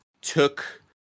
took